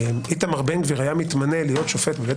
איתמר בן גביר היה מתמנה להיות שופט בבית